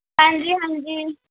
ਹਾਂਜੀ ਹਾਂਜੀ